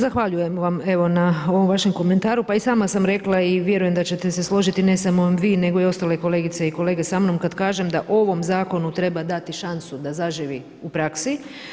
Zahvaljujemo vam na ovom vašem komentaru, pa i sama sam rekla i vjerujem da ćete se složiti, ne samo vi nego i ostale kolegice i kolege sa mnom, kada kažem, da ovom zakonu, treba dati šansu da zaživi u praksi.